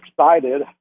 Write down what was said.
excited